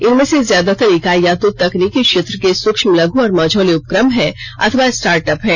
इनमें से ज्यादातर इकाई या तो तकनीकी क्षेत्र के सूक्ष्म लघ् और मझौले उपक्रम हैं अथवा स्टार्ट अप हैं